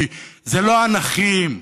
כי זה לא הנכים,